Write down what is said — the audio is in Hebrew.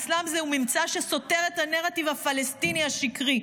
אצלם זהו ממצא שסותר את הנרטיב הפלסטיני השקרי,